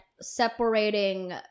separating